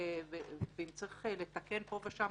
אם צריך לתקן פה שם